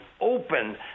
open